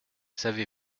savez